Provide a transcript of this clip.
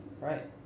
Right